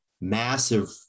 massive